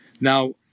now